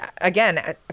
again